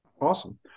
awesome